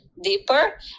deeper